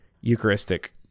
Eucharistic